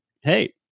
Hey